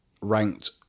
ranked